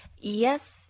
Yes